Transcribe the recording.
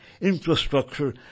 infrastructure